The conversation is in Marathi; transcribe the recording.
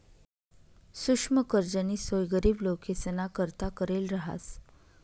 सुक्ष्म कर्जनी सोय गरीब लोकेसना करता करेल रहास